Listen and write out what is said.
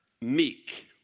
meek